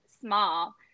small